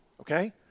Okay